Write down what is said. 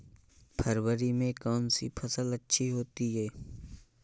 फरवरी में कौन सी फ़सल अच्छी होती है?